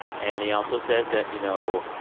and he also says that, you know,